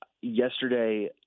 Yesterday